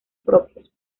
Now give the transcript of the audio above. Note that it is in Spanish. propios